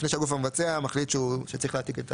לפני שהגוף המבצע מחליט שהוא צריך להעתיק את